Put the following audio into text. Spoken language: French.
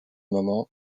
moment